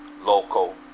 local